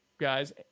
guys